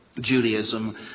Judaism